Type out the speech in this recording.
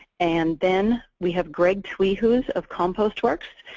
and then we have gregg twehues of compostwerks,